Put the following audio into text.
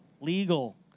legal